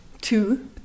two